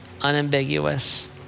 unambiguous